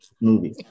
movie